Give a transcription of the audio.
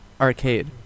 Arcade